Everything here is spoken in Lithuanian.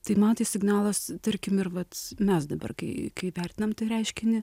tai man tai signalas tarkim ir vat mes dabar kai kai vertinam tą reiškinį